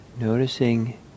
Noticing